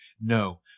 no